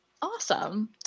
Awesome